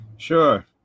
Sure